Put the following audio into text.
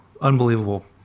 unbelievable